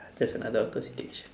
that's another awkward situation